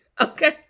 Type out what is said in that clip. Okay